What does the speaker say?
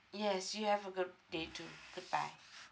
yes you have a good day too goodbye